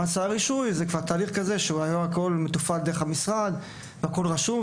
זה כבר תהליך כזה שבו הכל מתופעל דרך המשרד ורשום,